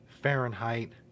Fahrenheit